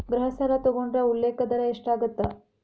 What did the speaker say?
ಗೃಹ ಸಾಲ ತೊಗೊಂಡ್ರ ಉಲ್ಲೇಖ ದರ ಎಷ್ಟಾಗತ್ತ